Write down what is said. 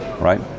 right